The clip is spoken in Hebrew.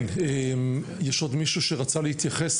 כן, יש עוד מישהו שרצה להתייחס?